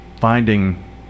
finding